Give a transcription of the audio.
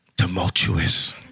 tumultuous